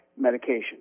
medication